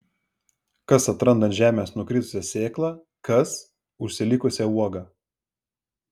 kas atranda ant žemės nukritusią sėklą kas užsilikusią uogą